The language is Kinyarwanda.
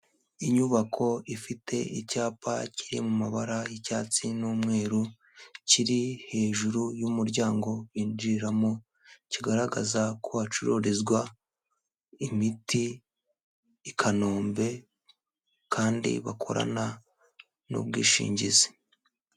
Inyubako ifite icyapa kiri mu mabara y'icyatsi n'umweru, kiri hejuru y'umuryango binjiriramo, kigaragaza ko hacururizwa imiti i Kanombe kandi bakorana n'ubwishingizi.